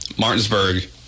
Martinsburg